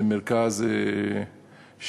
זה מרכז שמפעיל